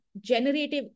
generative